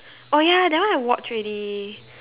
oh ya that one I watch already